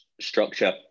Structure